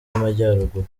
amajyaruguru